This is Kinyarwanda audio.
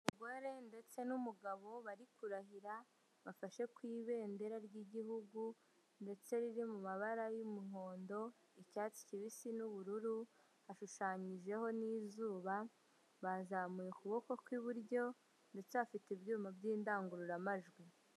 Umugore ndetse n'umugabo bari kurahira bafashe ku ibendera ry'igihugu ndetse riri mu mabara y'umuhondo, icyatsi kibisi n'ubururu, hashushanyijeho n'izuba, bazamuye ukuboko ku iburyo ndetse bafite ibyuma by'indangururamajwi.